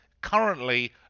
currently